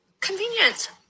Convenient